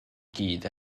gyd